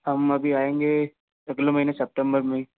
हम अभी आएँगे अगले महीने सेप्टेम्बर में ही